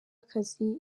akazi